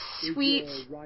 sweet